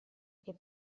che